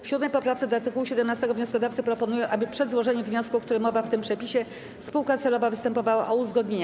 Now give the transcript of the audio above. W 7. poprawce do art. 17 wnioskodawcy proponują, aby przed złożeniem wniosku, o którym mowa w tym przepisie, spółka celowa występowała o uzgodnienia.